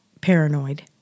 paranoid